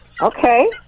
Okay